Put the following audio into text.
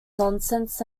nonsense